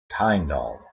tyndall